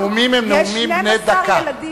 הנאומים הם נאומים בני דקה.